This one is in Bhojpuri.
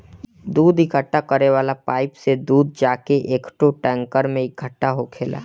दूध इकट्ठा करे वाला पाइप से दूध जाके एकठो टैंकर में इकट्ठा होखेला